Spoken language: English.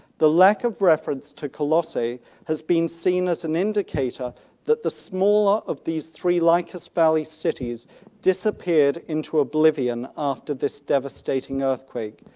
the lack of reference to colossae has been seen as an indicator that the smaller of these three lycus valley cities disappeared into oblivion after this devastating earthquake.